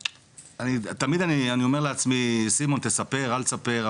תמיד אני אומר לעצמי סימון תספר אל תספר,